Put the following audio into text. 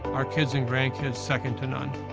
our kids and grandkids, second to none.